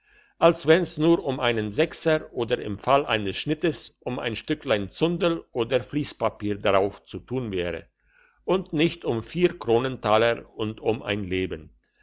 als wenn's nur um einen sechser oder im fall eines schnittes um ein stücklein zundel oder fliesspapier darauf zu tun wäre und nicht um vier kronentaler und um ein leben